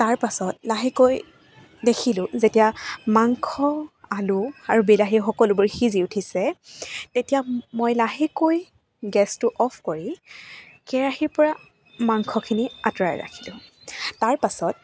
তাৰপাছত লাহেকৈ দেখিলোঁ যেতিয়া মাংস আলু আৰু বিলাহী সকলোবোৰ সিজি উঠিছে তেতিয়া মই লাহেকৈ গেছটো অ'ফ কৰি কেৰাহিৰ পৰা মাংসখিনি আঁতৰাই ৰাখিলোঁ তাৰপাছত